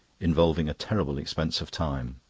involving a terrible expense of time.